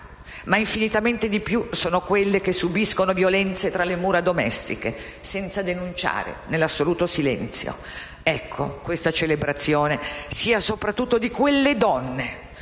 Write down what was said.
ma infinitamente di più sono quelle che subiscono violenze fra le mura domestiche, senza denunciare, nell'assoluto silenzio. Ebbene, questa celebrazione sia soprattutto di quelle donne,